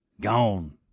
Gone